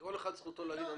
כל אחד זכותו להגיד.